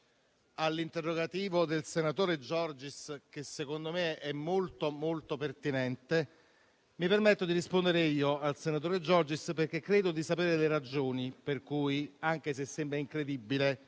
all'interrogativo del senatore Giorgis, che secondo me è molto pertinente, mi permetto di rispondere io al senatore Giorgis, perché credo di sapere le ragioni per cui, anche se sembra incredibile,